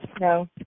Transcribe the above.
No